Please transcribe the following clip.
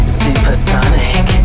supersonic